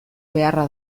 beharra